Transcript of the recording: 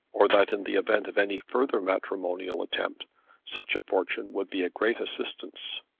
or that in the event of any further matrimonial attempt such a fortune would be a great assistance.